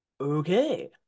Okay